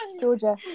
Georgia